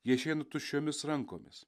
jie išeina tuščiomis rankomis